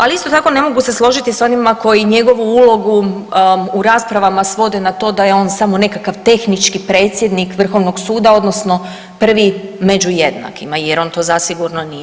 Ali isto tako ne mogu se složiti s onima koji njegovu ulogu u raspravama svode na to da je on samo nekakav tehnički predsjednik Vrhovnog suda odnosno prvi među jednakima jer on to zasigurno nije.